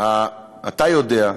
אתה יודע,